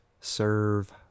Serve